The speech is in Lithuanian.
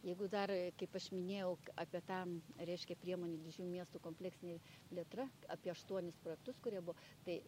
jeigu dar kaip aš minėjau k apie tą reiškia priemonę didžiųjų miestų kompleksinė plėtra apie aštuonis projektus kurie bu tai